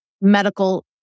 medical